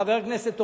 חבר הכנסת אורלב,